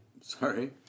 Sorry